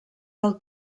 del